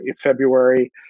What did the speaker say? February